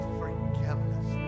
forgiveness